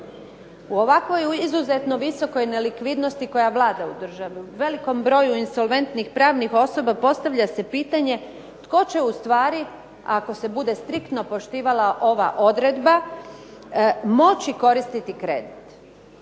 U ovakvoj izuzetno visokoj nelikvidnosti koja vlada u državi, u velikom broju insolventnih pravnih osoba postavlja se pitanje tko će ustvari, ako se bude striktno poštivala ova odredba, moći koristiti kredit.